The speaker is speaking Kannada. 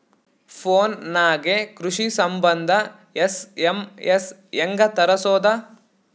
ಫೊನ್ ನಾಗೆ ಕೃಷಿ ಸಂಬಂಧ ಎಸ್.ಎಮ್.ಎಸ್ ಹೆಂಗ ತರಸೊದ?